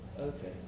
okay